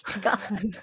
God